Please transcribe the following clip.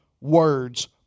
words